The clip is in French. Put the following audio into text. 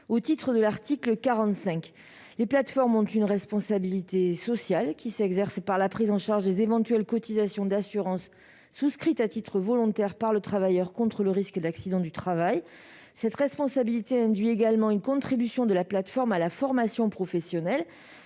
45 de la Constitution. Les plateformes ont une responsabilité sociale, qui s'exerce par la prise en charge des éventuelles cotisations d'assurance souscrites à titre volontaire par le travailleur contre le risque d'accident du travail. Cette responsabilité induit également une contribution de la plateforme à la formation professionnelle